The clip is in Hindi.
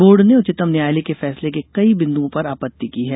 बोर्ड ने उच्चतम न्यायालय के फैसले के कई बिन्द्ओं पर आपत्ति की है